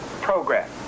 program